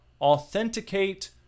authenticate